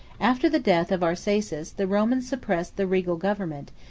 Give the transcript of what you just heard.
after the death of arsaces, the romans suppressed the regal government,